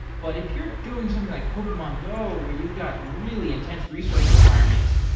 but if you're doing something like pokemon go where you've got really intense resource requirements,